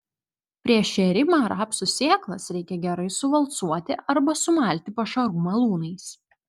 prieš šėrimą rapsų sėklas reikia gerai suvalcuoti arba sumalti pašarų malūnais